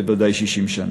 ובוודאי 60 שנה.